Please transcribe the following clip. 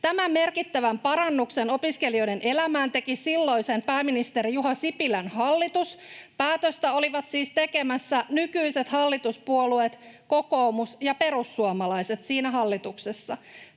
Tämän merkittävän parannuksen opiskelijoiden elämään teki silloisen pääministerin Juha Sipilän hallitus. Päätöstä olivat siis tekemässä nykyiset hallituspuolueet, kokoomus ja perussuomalaiset, siinä hallituksessa.